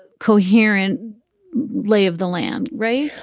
coherent lay of the land right.